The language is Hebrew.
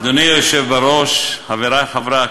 שאנשים ידעו, אדוני היושב בראש, חברי חברי הכנסת,